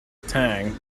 tang